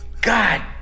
god